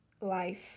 life